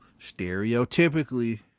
stereotypically